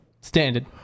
Standard